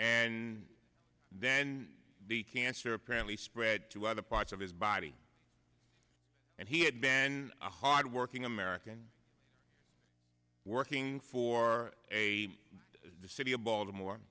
and then the cancer apparently spread to other parts of his body and he had been a hard working american working for a city of baltimore